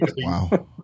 Wow